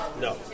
No